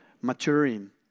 Maturing